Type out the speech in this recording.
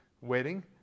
wedding